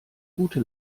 gute